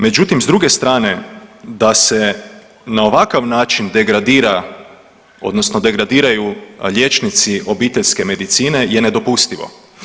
Međutim, s druge strane, da se na ovakav način degradira, odnosno degradiraju liječnici obiteljske medicine je nedopustivo.